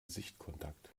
sichtkontakt